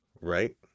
Right